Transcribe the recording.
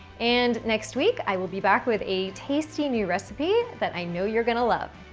and next week, i will be back with a tasty new recipe that i know you're gonna love.